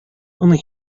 only